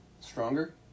stronger